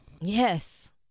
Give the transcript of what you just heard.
Yes